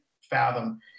fathom